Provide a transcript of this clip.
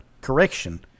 correction